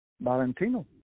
Valentino